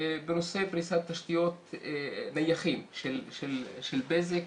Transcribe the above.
בנושא פריסת תשתיות נייחות של בזק